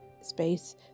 space